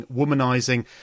womanizing